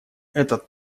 этот